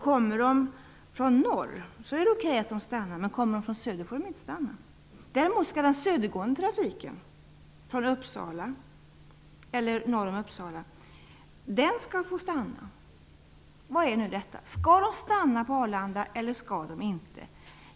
Kommer de från norr är det okej att de stannar, men kommer de från söder får de inte stanna. Däremot skall den södergående trafiken från Uppsala eller norr därom få stanna. Vad är nu detta? Skall de stanna på Arlanda eller skall de inte?